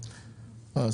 אני פותח את הישיבה.